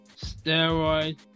Steroid